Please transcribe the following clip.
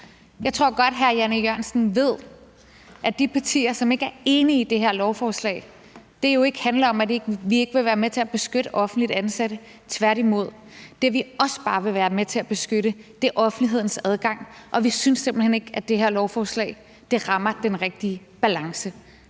Jeg tror godt, at hr. Jan E. Jørgensen ved, at det for de partier, som ikke er enige i dette lovforslag, jo ikke handler om, at vi ikke vil være med til at beskytte offentligt ansatte. Tværtimod. Det, vi også bare vil være med til at beskytte, er offentlighedens adgang, og vi synes simpelt hen ikke, at det her lovforslag rammer den rigtige balance.